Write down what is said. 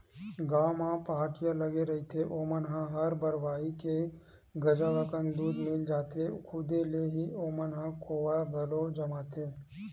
गाँव म पहाटिया लगे रहिथे ओमन ल हर बरवाही के गजब कन दूद मिल जाथे, खुदे ले ही ओमन ह खोवा घलो जमाथे